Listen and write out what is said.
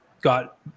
got